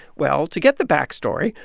well, to get the backstory,